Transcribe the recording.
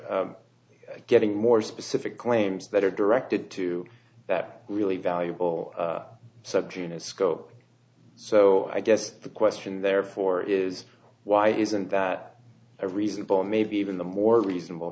getting more specific claims that are directed to that really valuable subject of scope so i guess the question therefore is why isn't that a reasonable maybe even the more reasonable